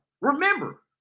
Remember